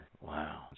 Wow